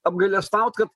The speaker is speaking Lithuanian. apgailestaut kad